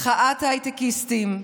מחאת ההייטקיסטים,